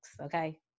Okay